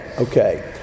okay